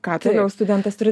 ką toliau studentas turi